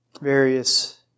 various